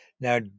Now